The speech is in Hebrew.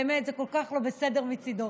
באמת, זה כל כך לא בסדר מצידו.